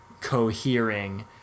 cohering